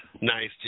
nice